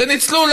שניצלו,